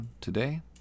today